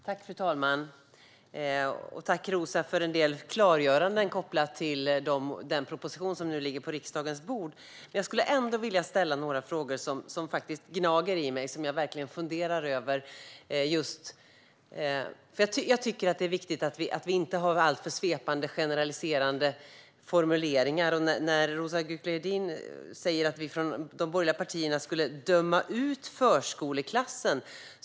Fru talman! Jag tackar Roza Güclü Hedin för en del klargöranden kopplade till den proposition som nu ligger på riksdagens bord. Jag skulle ändå vilja ställa några frågor som faktiskt gnager i mig och som jag verkligen funderar över. Det är viktigt att vi inte har alltför svepande och generaliserande formuleringar. Roza Güclü Hedin säger att vi från de borgerliga partierna skulle döma ut förskoleklassen.